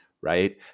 right